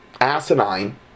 asinine